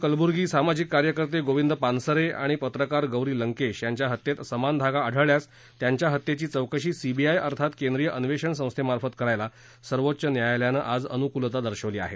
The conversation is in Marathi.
कलब्र्गी सामाजिक कार्यकर्ते गोविंद पानसरे आणि पत्रकार गौरी लंकेश यांच्या हत्येत समान धागा आढळल्यास त्यांच्या हत्येची चौकशी सीबीआय अर्थात केंद्रीय अन्वेषण संस्थेमार्फत करायला सर्वोच्च न्यायालयानं आज अनुकलता दर्शवली आहे